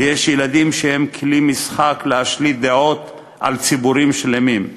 ויש ילדים שהם כלי משחק להשליט דעות על ציבורים שלמים.